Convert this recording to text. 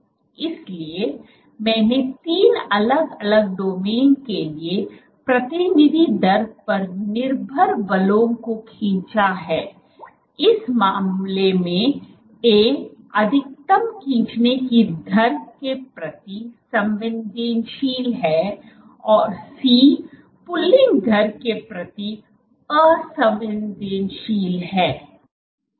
इसलिए मैंने तीन अलग अलग डोमेन के लिए प्रतिनिधि दर पर निर्भर बलों को खींचा है इस मामले में A अधिकतम खींचने की दर के प्रति संवेदनशील है और C पुलिंग दर के प्रति असंवेदनशील है